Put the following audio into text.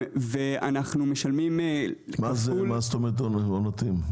מה זאת אומרת עונתיים?